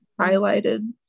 highlighted